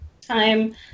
Time